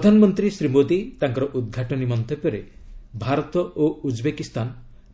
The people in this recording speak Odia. ପ୍ରଧାନମନ୍ତ୍ରୀ ଶ୍ରୀ ମୋଦି ତାଙ୍କର ଉଦ୍ଘାଟନୀ ମନ୍ତବ୍ୟରେ ଭାରତ ଓ ଉଜ୍ବେକୀସ୍ତାନ